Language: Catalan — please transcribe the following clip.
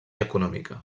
econòmica